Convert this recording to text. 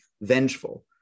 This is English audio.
vengeful